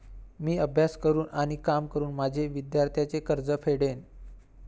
मी अभ्यास करून आणि काम करून माझे विद्यार्थ्यांचे कर्ज फेडेन